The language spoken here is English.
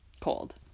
cold